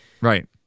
Right